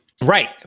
Right